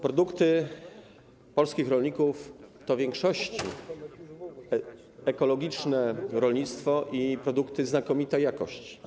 Produkty polskich rolników to w większości produkty ekologicznego rolnictwa, produkty znakomitej jakości.